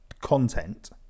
content